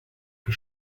que